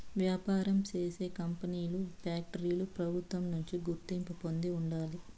వ్యాపారం చేసే కంపెనీలు ఫ్యాక్టరీలు ప్రభుత్వం నుంచి గుర్తింపు పొంది ఉండాలి